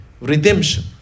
redemption